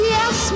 Yes